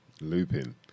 Looping